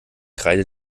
kreide